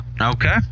Okay